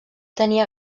tenia